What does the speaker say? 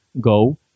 go